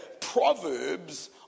Proverbs